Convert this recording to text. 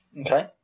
Okay